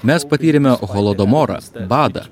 mes patyrėme holodomorą badą